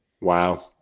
Wow